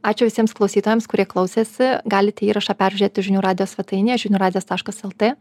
ačiū visiems klausytojams kurie klausėsi galite įrašą peržiūrėti žinių radijo svetainėje žinių radijas taškas lt